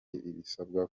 ibisabwa